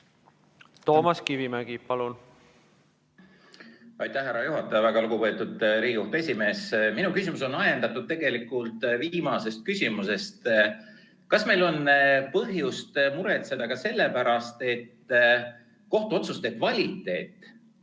olles? (Kaugühendus) Aitäh, härra juhataja! Väga lugupeetud Riigikohtu esimees! Minu küsimus on ajendatud tegelikult viimasest küsimusest. Kas meil on põhjust muretseda ka sellepärast, et kohtuotsuste kvaliteet